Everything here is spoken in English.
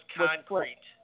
concrete